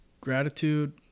gratitude